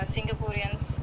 Singaporeans